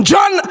John